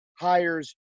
hires